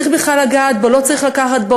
צריך בכלל לגעת בו,